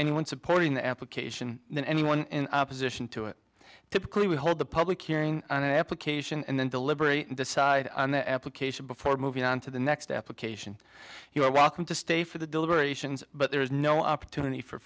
anyone supporting the application then anyone in opposition to it typically would hold the public hearing an application and then deliberate and decide on the application before moving on to the next application you are welcome to stay for the deliberations but there is no opportunity for